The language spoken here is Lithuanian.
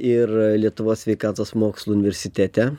ir lietuvos sveikatos mokslų universitete